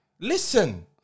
Listen